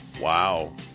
Wow